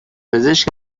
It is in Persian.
پزشک